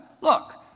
look